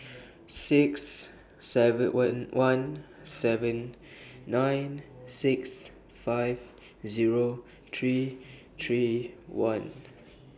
six seven one one seven nine six five Zero three three one